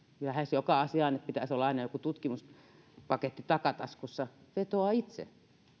lähes joka asiaan nyt pitäisi olla aina joku tutkimuspaketti takataskussa vetoaa itse